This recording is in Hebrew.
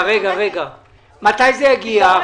מתי זה יגיע?